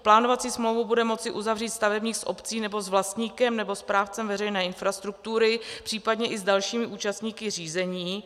Plánovací smlouvu bude moci uzavřít stavebník s obcí nebo s vlastníkem nebo správcem veřejné infrastruktury, případně i s dalšími účastníky řízení.